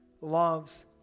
loves